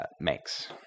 makes